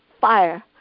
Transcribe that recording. fire